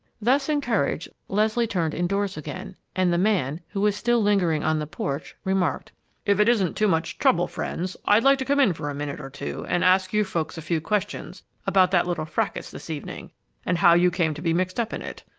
thus encouraged, leslie turned indoors again, and the man, who was still lingering on the porch, remarked if it isn't too much trouble, friends, i'd like to come in for a minute or two and ask you folks a few questions about that little fracas this evening and how you came to be mixed up in it.